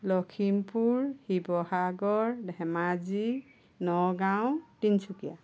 Lakhimpur Sivasagar Dhemaji Nagaon Tinsukia